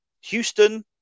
houston